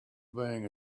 being